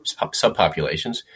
subpopulations